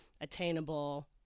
attainable